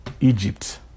Egypt